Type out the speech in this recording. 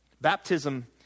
Baptism